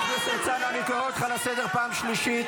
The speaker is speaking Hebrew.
בושה, בושה.